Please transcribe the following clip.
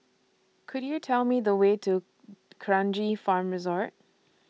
Could YOU Tell Me The Way to D'Kranji Farm Resort